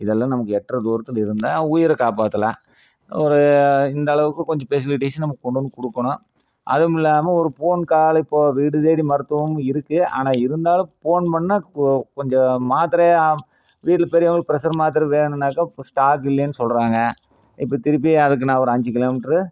இதெல்லாம் நமக்கு எட்டுற தூரத்தில் இருந்தால் உயிரை காப்பாற்றலாம் ஒரு இந்தளவுக்கு கொஞ்சம் ஃபெசிலிட்டீஸ் நமக்கு கொண்டு வந்து கொடுக்கணும் அதுவுமில்லாமல் ஒரு ஃபோன் கால் இப்போ வீடு தேடி மருத்துவம் இருக்குது ஆனால் இருந்தாலும் ஃபோன் பண்ணால் கொ கொஞ்சம் மாத்திரையா வீட்டுக்கு பெரியவங்களுக்கு ப்ரெஷர் மாத்திர வேணும்னாக்கா இப்போ ஸ்டாக் இல்லைன்னு சொல்கிறாங்க இப்போ திருப்பி அதுக்கு நான் ஒரு அஞ்சு கிலோ மீட்டர்